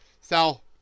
Sal